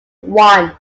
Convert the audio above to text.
won